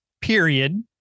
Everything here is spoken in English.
period